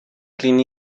clint